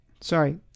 Sorry